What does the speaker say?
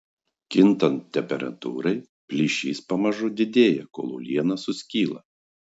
kintant temperatūrai plyšys pamažu didėja kol uoliena suskyla